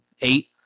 eight